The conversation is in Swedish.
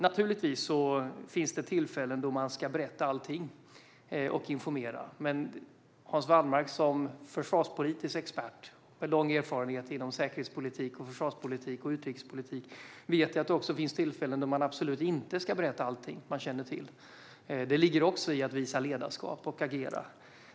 Naturligtvis finns det tillfällen då man ska berätta och informera om allting. Men Hans Wallmark, som försvarspolitisk expert med lång erfarenhet inom säkerhetspolitik, försvarspolitik och utrikespolitik, vet att det också finns tillfällen då man absolut inte ska berätta allting som man känner till. Detta ligger också i att visa ledarskap och att agera.